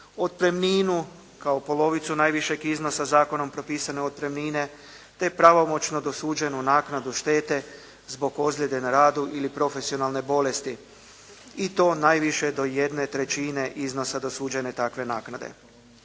otpremninu kao polovicu najvišeg iznosa zakonom propisane otpremnine te pravomoćno dosuđenu naknadu štete zbog ozljede na radu ili profesionalne bolesti i to najviše do jedne trećine iznosa dosuđene takve naknade.